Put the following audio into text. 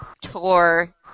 tour